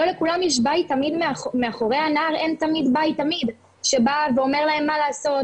לא לכולם יש בית תמיד מאחורי הנער אין תמיד בית שבא ואומר להם מה לעשות,